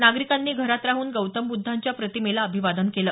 नागरिकांनी घरात राहूनच गौतम बुद्धांच्या प्रतिमेला अभिवादन केलं